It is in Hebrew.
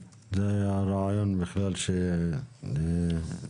זה הרעיון שהיה.